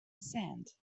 sand